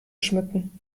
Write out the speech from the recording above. schmücken